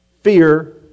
Fear